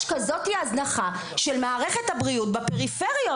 כזו הזנחה של מערכת הבריאות בפריפריות?